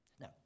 Now